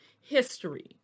history